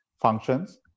functions